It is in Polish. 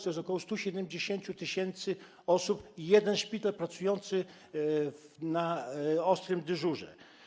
To jest ok. 170 tys. osób i jeden szpital pracujący na ostrym dyżurze.